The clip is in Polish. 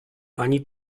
ani